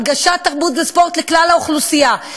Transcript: הנגשת תרבות וספורט לכלל האוכלוסייה.